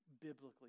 biblically